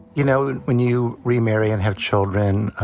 you know, when you remarry and have children,